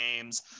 games